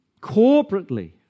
corporately